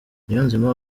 niyonzima